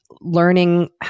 learning